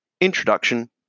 introduction